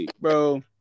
bro